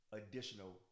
additional